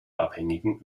abhängigen